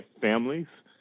families